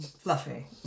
Fluffy